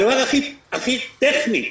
הדבר הכי טכני,